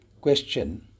question